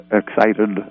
excited